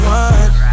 one